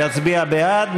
יצביע בעד,